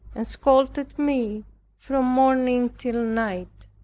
and scolded me from morning till night.